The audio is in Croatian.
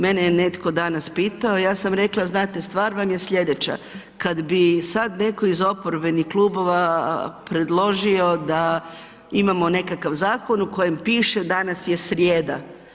Mene je netko danas pitao, ja sam rekla znate stvar vam je slijedeća kad bi sad netko iz oporbenih klubova predložio da imamo nekakav zakon u kojem piše danas je srijeda.